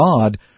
God